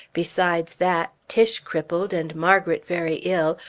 besides that, tiche crippled, and margret very ill,